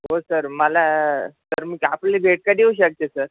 हो सर मला तर मग आपली भेट कधी होऊ शकते सर